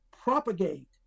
propagate